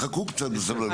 חכו קצת בסבלנות.